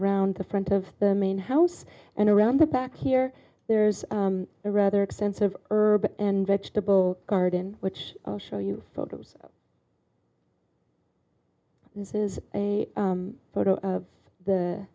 around the front of the main house and around the back here there's a rather extensive herb and vegetable garden which show you photos this is a photo of the